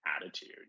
attitude